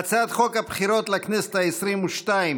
הצעת חוק הבחירות לכנסת העשרים-ושתיים